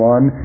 One